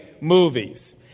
movies